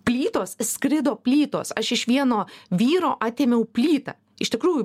plytos skrido plytos aš iš vieno vyro atėmiau plytą iš tikrųjų